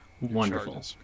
Wonderful